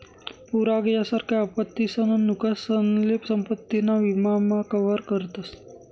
पूर आग यासारख्या आपत्तीसन नुकसानसले संपत्ती ना विमा मा कवर करतस